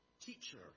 Teacher